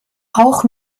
auch